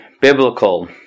biblical